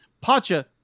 Pacha